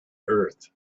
earth